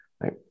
Right